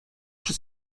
czy